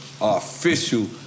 official